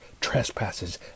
trespasses